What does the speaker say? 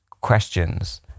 questions